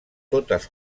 totes